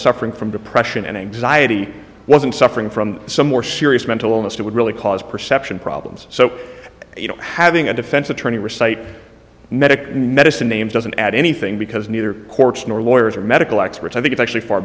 suffering from depression and anxiety wasn't suffering from some more serious mental illness that would really cause perception problems so you know having a defense attorney recite medic medicine names doesn't add anything because neither courts nor lawyers or medical experts i think it's actually far